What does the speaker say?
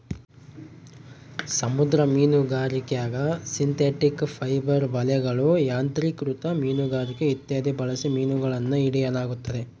ಸಮುದ್ರ ಮೀನುಗಾರಿಕ್ಯಾಗ synthetic fibre ಬಲೆಗಳು, ಯಾಂತ್ರಿಕೃತ ಮೀನುಗಾರಿಕೆ ಇತ್ಯಾದಿ ಬಳಸಿ ಮೀನುಗಳನ್ನು ಹಿಡಿಯಲಾಗುತ್ತದೆ